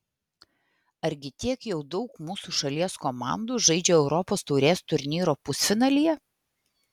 argi tiek jau daug mūsų šalies komandų žaidžia europos taurės turnyro pusfinalyje